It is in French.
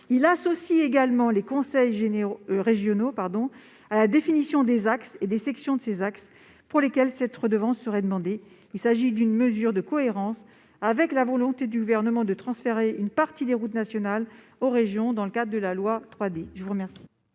à associer les conseils régionaux à la définition des axes et des sections de ces axes pour lesquels cette redevance serait demandée. Il s'agit d'une mesure cohérente avec la volonté du Gouvernement de transférer une partie des routes nationales aux régions, dans le cadre du projet de loi 3DS.